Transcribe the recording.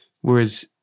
Whereas